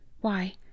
Why